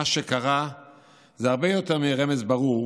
מה שקרה זה הרבה יותר מרמז ברור